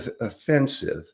offensive